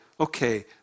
okay